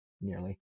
nearly